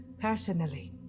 personally